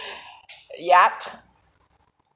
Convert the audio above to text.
ya